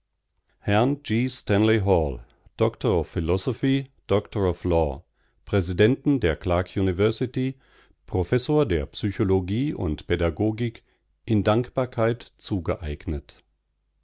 d ll d präsidenten der clark university professor der psychologie und pädagogik in dankbarkeit zugeeignet